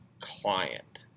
client